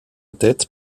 tête